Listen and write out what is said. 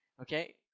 Okay